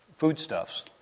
foodstuffs